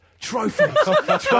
Trophies